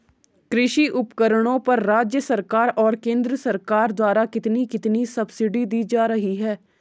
कृषि उपकरणों पर राज्य सरकार और केंद्र सरकार द्वारा कितनी कितनी सब्सिडी दी जा रही है?